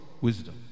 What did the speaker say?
wisdom